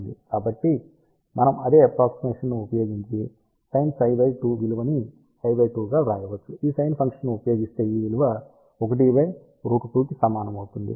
కాబట్టి మనం అదే అప్రాక్సిమేషన్ ఉపయోగించి sin ψ2 విలువని ψ2 గా వ్రాయవచ్చు ఈ సైన్ ఫంక్షన్ ని ఉపయోగిస్తే ఈ విలువ 1√2కి సమానమవుతుంది